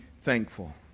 thankful